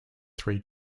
three